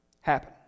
happen